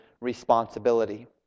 responsibility